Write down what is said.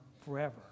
forever